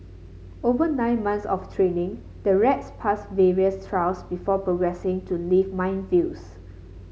over nine months of training the rats pass various trials before progressing to live minefields